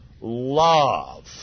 love